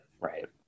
Right